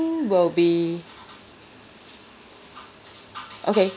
will be okay